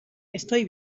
estoy